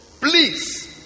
please